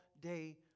day